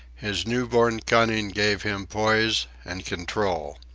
his newborn cunning gave him poise and control.